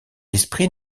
esprit